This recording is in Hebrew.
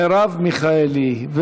מרב מיכאלי.